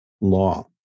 law